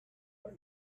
are